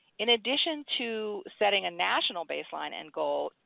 in addition to setting a national baseline and goal,